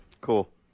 Cool